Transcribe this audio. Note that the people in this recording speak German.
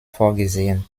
vorgesehen